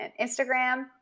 Instagram